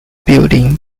building